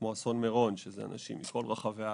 אסון מירון מדובר באנשים מכל רחבי הארץ,